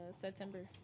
September